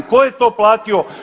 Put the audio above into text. Tko je to platio?